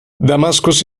damaskus